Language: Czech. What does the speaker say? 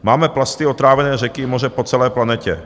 Máme plasty otrávené řeky i moře po celé planetě.